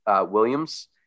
Williams